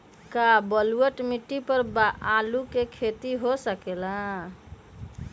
का बलूअट मिट्टी पर आलू के खेती हो सकेला?